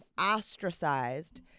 ostracized